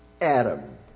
Adam